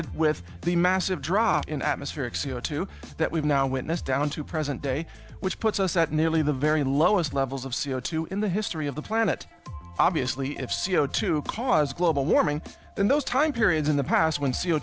d with the massive drop in atmospheric c o two that we've now witnessed down to present day which puts us at nearly the very lowest levels of c o two in the history of the planet obviously if c o two caused global warming then those time periods in the past when c o